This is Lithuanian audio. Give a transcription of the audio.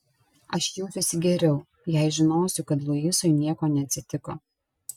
aš jausiuosi geriau jei žinosiu kad luisui nieko neatsitiko